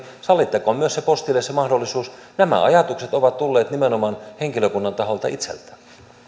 sallittakoon postille myös se mahdollisuus nämä ajatukset ovat tulleet nimenomaan henkilökunnan taholta itseltään